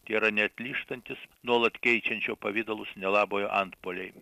tėra neatlyžtantys nuolat keičiančio pavidalus nelabojo antpuoliai